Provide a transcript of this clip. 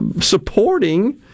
supporting